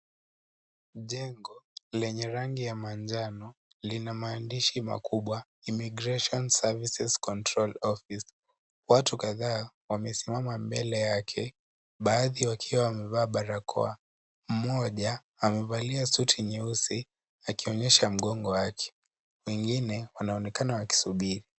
Jengo lenye rangi ya manjano lina maandishi makubwa Immigration Services Control Office . Watu kadhaa wamesimama mbele yake, baadhi wakiwa wamevaa barakoa. Mmoja amevalia suti nyeusi akionyesha mgongo wake. Wengine wanaonekana wakisubiri.